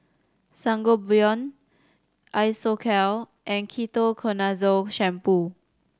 Sangobion Isocal and Ketoconazole Shampoo